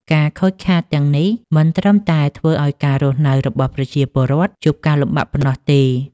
ការខូចខាតទាំងនេះមិនត្រឹមតែធ្វើឱ្យការរស់នៅរបស់ប្រជាពលរដ្ឋជួបការលំបាកប៉ុណ្ណោះទេ។